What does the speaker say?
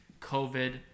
COVID